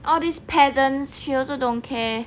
all these peasants she also don't care